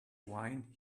wine